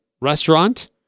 Restaurant